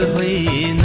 the